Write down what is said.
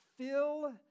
fill